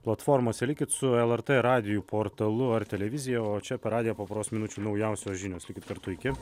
platformose likit su lrt radiju portalu ar televizija o čia per radiją po poros minučių naujausios žinios likit kartu iki